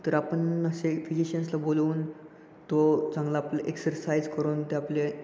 तर आपण असे फिजिशन्सला बोलवून तो चांगला आपलं एक्सरसाइज करून ते आपले